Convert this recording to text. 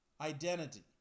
identity